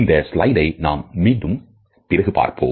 இந்த ஸ்லைடை நாம் மீண்டும் பிறகு பார்ப்போம்